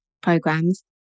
programs